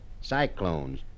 cyclones